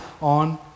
on